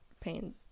pain